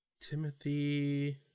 Timothy